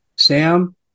Sam